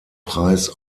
preis